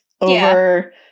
over